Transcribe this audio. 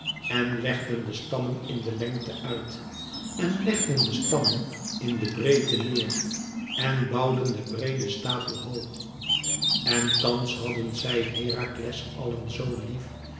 en legden de stammen in de lengte uit en legden de stammen in de breedte neêr en bouwden den breeden stapel hoog en thans hadden zij herakles allen zo lief